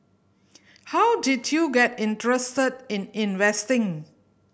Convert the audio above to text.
how did you get interested in investing